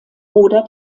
oder